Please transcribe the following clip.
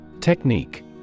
Technique